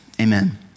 Amen